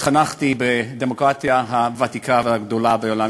התחנכתי בדמוקרטיה הוותיקה והגדולה בעולם,